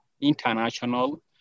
international